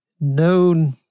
known